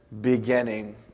beginning